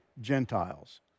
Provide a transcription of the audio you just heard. Gentiles